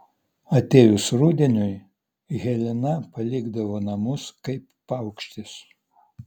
atėjus rudeniui helena palikdavo namus kaip paukštis